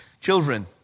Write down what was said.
children